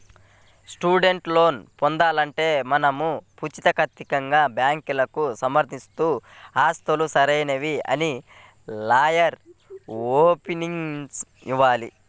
student loan పొందాలంటే మనం పుచీకత్తుగా బ్యాంకుకు సమర్పిస్తున్న ఆస్తులు సరైనవే అని లాయర్ ఒపీనియన్ ఇవ్వాలి